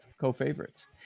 co-favorites